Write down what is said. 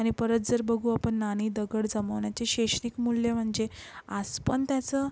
आणि परत जर बघू आपण नाणी दगड जमवण्याचे शैक्षणिक मूल्य म्हणजे आज पण त्याचं